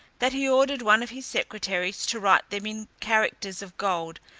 that he ordered one of his secretaries to write them in characters of gold,